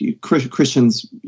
christians